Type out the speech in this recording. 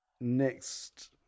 next